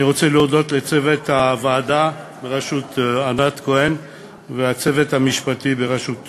אני רוצה להודות לצוות הוועדה בראשות ענת כהן ולצוות המשפטי בראשות